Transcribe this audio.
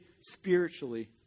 spiritually